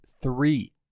three